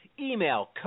Email